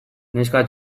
neska